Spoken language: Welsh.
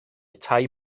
tai